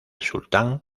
sultán